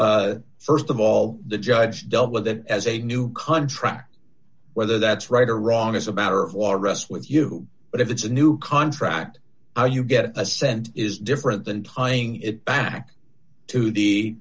assent first of all the judge dealt with it as a new contract whether that's right or wrong as a matter of law rests with you but if it's a new contract how you get a sense is different than tying it back to the